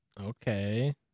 Okay